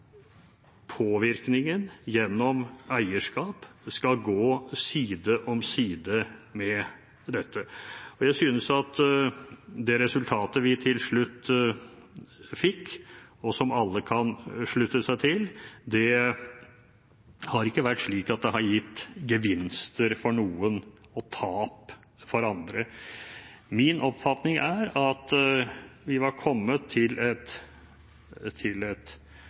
det resultatet vi til slutt fikk, og som alle kan slutte seg til, ikke har vært slik at det har gitt gevinster for noen og tap for andre. Min oppfatning er at vi var kommet til